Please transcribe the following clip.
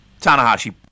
Tanahashi